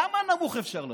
כמה נמוך אפשר לרדת?